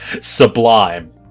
Sublime